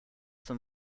zum